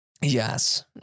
yes